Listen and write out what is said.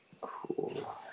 Cool